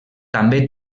també